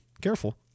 careful